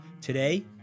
Today